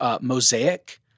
Mosaic